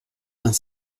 vingt